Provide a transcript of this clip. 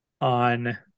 on